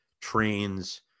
trains